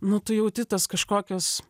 nu tu jauti tas kažkokias